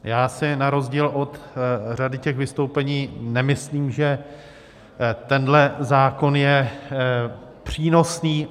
Já si na rozdíl od řady těch vystoupení nemyslím, že tenhle zákon je přínosný.